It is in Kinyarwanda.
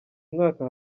mwaka